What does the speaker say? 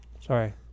Sorry